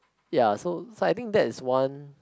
ya so so I think that is one